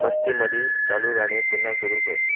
मस्तीमधी चालू गाणे पुन्हा सुरू कर